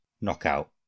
knockout